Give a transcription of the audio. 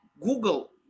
Google